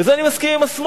בזה אני מסכים עם השמאל,